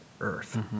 earth